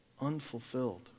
Unfulfilled